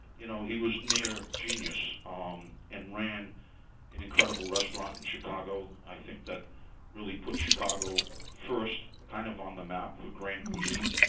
you know he was near genius um and ran an incredible restaurant in chicago ah that really puts chicago first kind of on the map for grand cuisine.